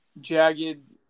jagged